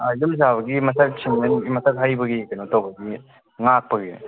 ꯌꯨꯝ ꯁꯥꯕꯒꯤ ꯃꯊꯛ ꯁꯤꯃꯦꯟ ꯃꯊꯛ ꯍꯩꯕꯒꯤ ꯀꯩꯅꯣ ꯇꯧꯕꯒꯤ ꯉꯥꯛꯄꯒꯤ